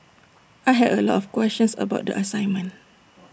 I had A lot of questions about the assignment